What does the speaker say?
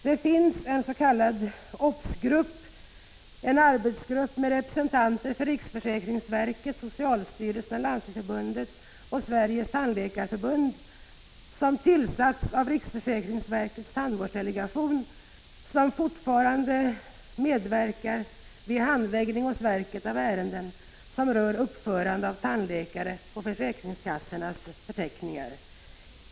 Den s.k. obsgruppen, en arbetsgrupp med representanter för riksförsäkringsverket, socialstyrelsen, Landstingsförbundet och Sveriges tandläkarförbund, har tillsatts av riksförsäkringsverkets tandvårdsdelegation. Gruppen medverkar fortlöpande vid handläggningen hos verket av ärenden som rör uppförande av tandläkare på försäkringskassornas förteckningar.